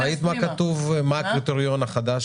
ראית מה הקריטריון החדש